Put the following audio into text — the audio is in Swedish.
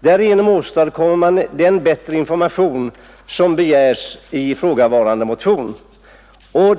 Därigenom åstadkommer man den bättre information, som efterlyses i motionen.”